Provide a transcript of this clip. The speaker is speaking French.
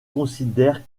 considèrent